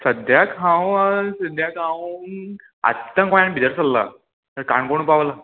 सद्द्याक हांव सद्द्याक हांव आत्तां गोंयांत भितर सरला काणकोण पावला